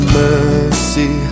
mercy